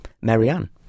Marianne